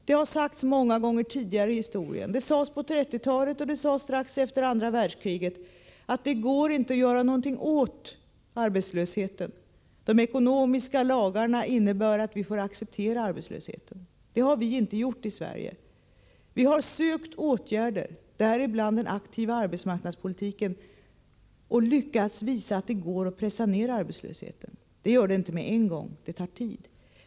Det har sagts många gånger tidigare i historien — bl.a. på 1930-talet och strax efter andra världskriget — att det inte går att göra något åt arbetslösheten, att de ekonomiska lagarna innebär att vi får acceptera den. Det har vi emellertid inte gjort i Sverige. Vi har genom olika åtgärder, däribland den aktiva arbetsmarknadspolitiken, lyckats visa att det är möjligt att pressa ned arbetslösheten. Det går inte från en dag till nästa, utan det tar tid.